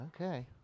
Okay